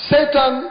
Satan